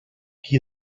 qui